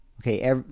Okay